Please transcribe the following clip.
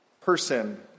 Person